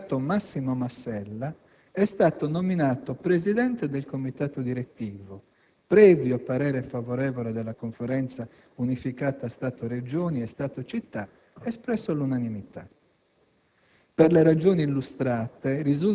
In tale ambito, l'avvocato Massimo Massella è stato nominato presidente del Comitato direttivo, previo parere favorevole della Conferenza unificata Stato-Regioni e Stato-Città, espresso all'unanimità.